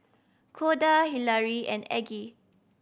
Corda Hilary and Aggie